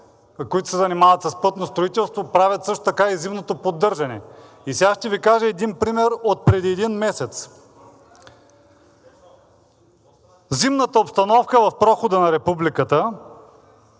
които се занимават с пътно строителство, правят също така и зимното поддържане. И сега ще Ви кажа един пример отпреди един месец. Зимната обстановка в Прохода на Републиката